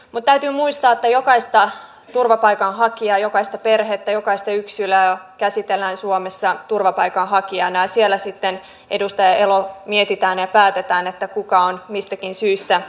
mutta täytyy muistaa että jokaista turvapaikanhakijaa jokaista perhettä jokaista yksilöä käsitellään suomessa turvapaikanhakijana ja siellä sitten edustaja elo mietitään ja päätetään kuka on mistäkin syystä suomeen tullut